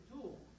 tool